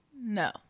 No